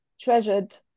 treasured